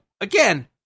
again